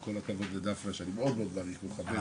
עם כל הכבוד לדפנה שאני מאוד מאוד מעריך ומכבד.